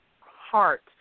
heart